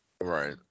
Right